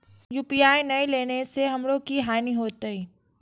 UPI ने लेने से हमरो की हानि होते?